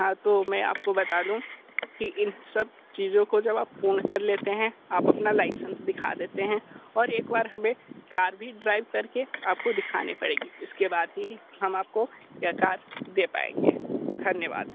हाँ तो मैं आपको बता दूँ कि इन सब चीज़ों को जब आप पूर्ण कर लेते है आप अपना लाइसेंस दिखा देते हैं और एक बार हमें कार भी ड्राइव करके आपको दिखानी पड़ेगी इसके बाद ही हम आपको यह कार दे पाएंगे धन्यवाद